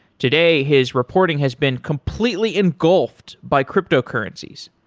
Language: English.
today, his reporting has been completely engulfed by cryptocurrencies.